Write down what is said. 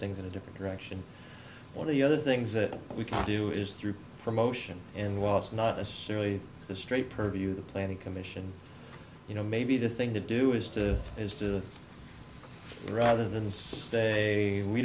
things in a different direction one of the other things that we can do is through promotion and was not necessarily the straight purview of the planning commission you know maybe the thing to do is to to is rather than the stay we